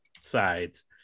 sides